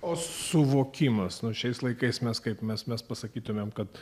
o suvokimas nuo šiais laikais mes kaip mes mes pasakytumėme kad